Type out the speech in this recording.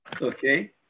okay